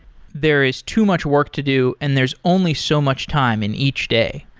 there is too much work to do and there's only so much time in each day.